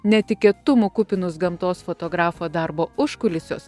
netikėtumų kupinus gamtos fotografo darbo užkulisius